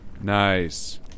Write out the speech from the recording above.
nice